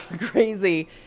crazy